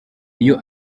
iyo